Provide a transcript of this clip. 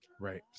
Right